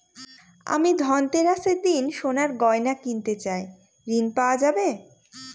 আমি ধনতেরাসের দিন সোনার গয়না কিনতে চাই ঝণ পাওয়া যাবে?